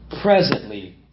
presently